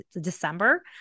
December